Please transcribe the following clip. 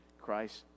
Christ